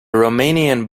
romanian